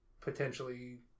potentially